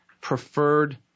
Preferred